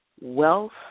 wealth